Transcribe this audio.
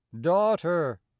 Daughter